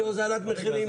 תהיה הוזלת מחירים,